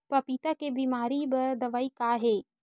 पपीता के बीमारी बर दवाई का हे?